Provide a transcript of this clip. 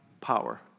power